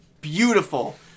beautiful